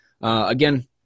Again